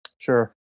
Sure